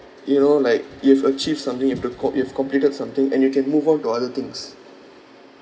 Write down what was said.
you know like you've achieved something you've you've completed something and you can move on to other things